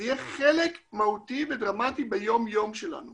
זה יהיה חלק מהותי ודרמטי ביום-יום שלנו